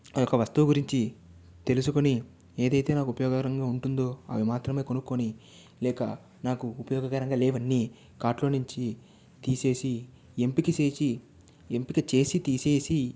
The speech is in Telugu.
ఆ యొక్క వస్తువు గురించి తెలుసుకుని ఏదైతే నాకు ఉపయోగకరంగా ఉంటుందో అది మాత్రమే కొనుక్కొని లేక నాకు ఉపయోగకరం లేవన్నీ కార్ట్ లో నుంచి తీసేసి ఎంపిక చేసి ఎంపిక చేసి తీసేసి